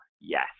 Yes